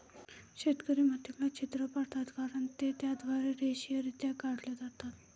शेतकरी मातीला छिद्र पाडतात कारण ते त्याद्वारे रेषीयरित्या काढले जातात